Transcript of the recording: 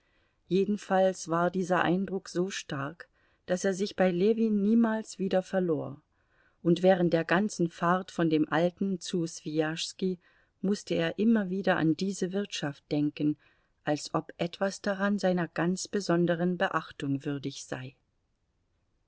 jedenfalls war dieser eindruck so stark daß er sich bei ljewin niemals wieder verlor und während der ganzen fahrt von dem alten zu swijaschski mußte er immer wieder an diese wirtschaft denken als ob etwas daran seiner ganz besonderen beachtung würdig sei